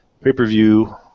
pay-per-view